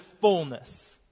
fullness